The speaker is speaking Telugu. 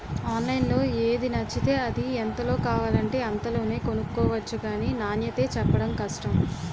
ఆన్లైన్లో ఏది నచ్చితే అది, ఎంతలో కావాలంటే అంతలోనే కొనుక్కొవచ్చు గానీ నాణ్యతే చెప్పడం కష్టం